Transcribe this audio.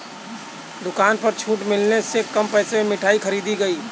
दुकान पर छूट मिलने से कम पैसे में मिठाई खरीदी गई